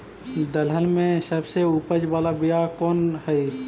दलहन में सबसे उपज बाला बियाह कौन कौन हइ?